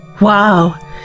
Wow